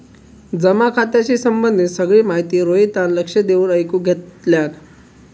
जमा खात्याशी संबंधित सगळी माहिती रोहितान लक्ष देऊन ऐकुन घेतल्यान